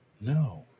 No